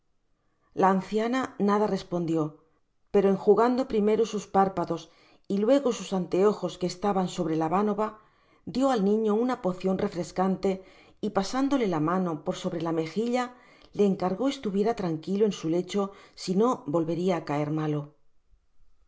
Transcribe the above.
la anciana nada'respondió peto enjugando primero sus párpados y luego sus anteojos que estaban sobre la bánova dió al niño una pocion refrescante y pasándole la mano por obre la mejilla le encargó estuviera tranquilo en su lecho sino volveria á caer malo